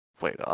Wait